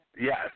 yes